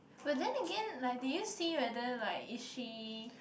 but then again like do you see whether like is she